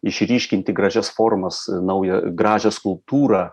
išryškinti gražias formas naują gražią skulptūrą